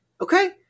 Okay